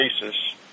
basis